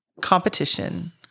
competition